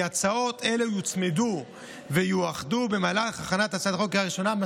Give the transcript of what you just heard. כי הצעות אלה יוצמדו ויאוחדו במהלך הכנת הצעת החוק לקריאה הראשונה.